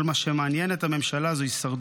כל מה שמעניין את הממשלה הוא הישרדות.